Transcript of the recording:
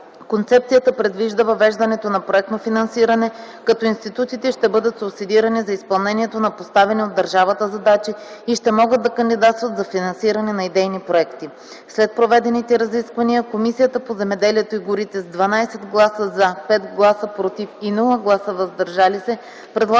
Концепцията предвижда въвеждането на проектно финансиране, като институтите ще бъдат субсидирани за изпълнението на поставени от държавата задачи и ще могат да кандидатстват за финансиране на идейни проекти. След проведените разисквания Комисията по земеделието и горите с 12 гласа „за”, 5 гласа „против” и без „въздържали се”